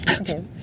okay